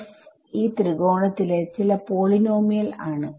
f ഈ തൃകോണത്തിലെ ചില പോളിനോമിയൽ ആണ്